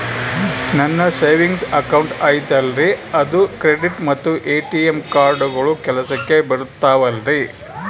ನನ್ನ savings account ಐತಲ್ರೇ ಅದು ಕ್ರೆಡಿಟ್ ಮತ್ತ ಎ.ಟಿ.ಎಂ ಕಾರ್ಡುಗಳು ಕೆಲಸಕ್ಕೆ ಬರುತ್ತಾವಲ್ರಿ?